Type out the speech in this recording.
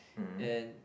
and